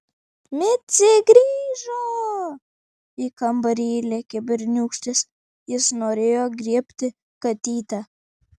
micė grįžo į kambarį įlėkė berniūkštis jis norėjo griebti katytę